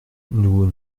nous